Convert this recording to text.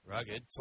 Rugged